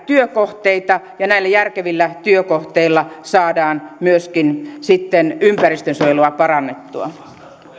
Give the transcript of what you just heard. työkohteita ja näillä järkevillä työkohteilla saadaan sitten myöskin ympäristönsuojelua parannettua